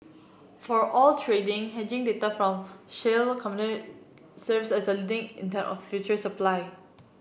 for oil trading hedging data from shale company serves as a leading of future supply